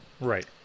right